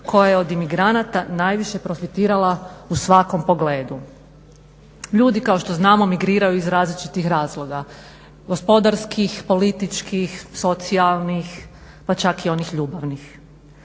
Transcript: koja je od emigranata najviše profitirala u svakom pogledu. Ljudi kao što znamo migriraju iz različitih razloga – gospodarskih, političkih, socijalnih, pa čak i onih ljubavnih.